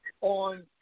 on